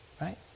right